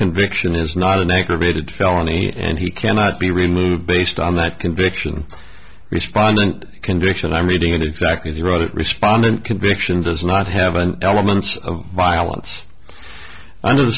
conviction is not an aggravated felony and he cannot be removed based on that conviction respondent conviction i'm reading it exactly the right respondent conviction does not have an elements of violence under the